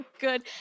good